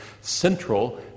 central